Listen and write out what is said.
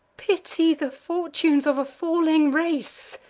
pity the fortunes of a falling race.